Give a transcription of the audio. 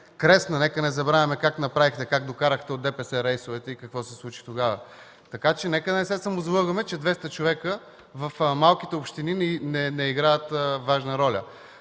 Кресна. Нека не забравяме как направихте, как докарахте от ДПС рейсовете и какво се случи тогава, така че нека да не се самозалъгваме, че 200 човека в малките общини не играят важна роля.